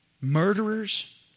murderers